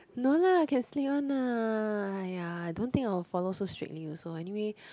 no lah can sleep one lah !aiya! I don't think I will follow so strictly also anyway